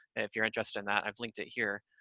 if you're interested in that, i've linked it here,